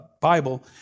Bible